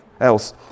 else